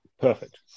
Perfect